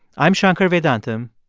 i'm shankar vedantam,